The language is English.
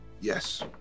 Yes